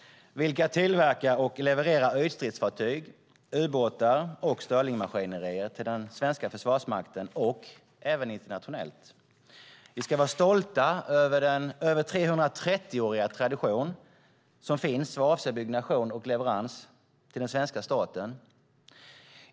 Här tillverkar man och levererar ytstridsfartyg, ubåtar och stirlingsmaskinerier till den svenska försvarsmakten och internationellt. Vi ska vara stolta över den 330-åriga tradition som finns vad avser byggnation och leverans till den svenska staten.